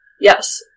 Yes